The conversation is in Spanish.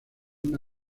una